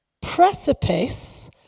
precipice